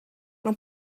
não